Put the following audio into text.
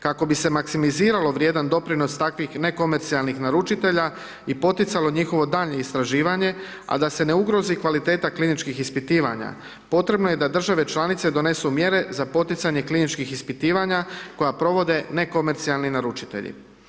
Kako bi se maksimiziralo vrijedan doprinos takvih nekomercionalnih naručitelja i poticalo njihovo daljnje istraživanje, a da se ne ugrozi kvaliteta kliničnih ispitivanja, potrebno je da države članice donesu mjere za poticanje kliničkih ispitivanja koja provode nekomercionalni naručitelji.